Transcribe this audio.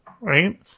right